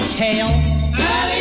tell